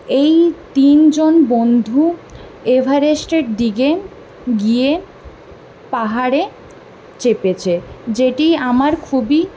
এই তিনজন বন্ধু এভারেস্টের দিকে গিয়ে পাহাড়ে চেপেছে যেটি আমার খুবই